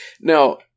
Now